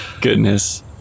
Goodness